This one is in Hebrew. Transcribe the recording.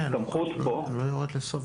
אני לא יורד לסוף